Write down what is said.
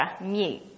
mute